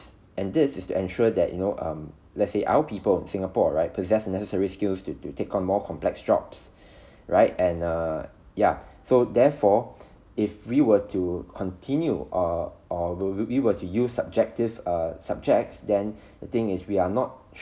and this is to ensure that you know um let's say our people in singapore right possess the necessary skills to to take on more complex jobs right and err ya so therefore if we were to continue or or were we to use subjective err subjects then the thing is we are not